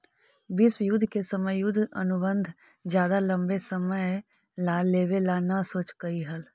विश्व युद्ध के समय युद्ध अनुबंध ज्यादा लंबे समय ला लेवे ला न सोचकई हल